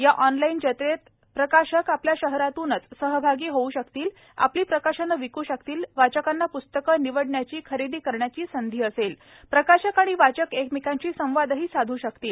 या ऑनलाईन जत्रेत प्रकाशक आपल्या शहरातूनच सहभागी होऊ शकतील आपली प्रकाशनं विक् शकतील वाचकांना प्स्तकं निवडण्याची खरेदी करण्याची संधी असेल प्रकाशक आणि वाचक एकमेकांशी संवादही साधू शकतील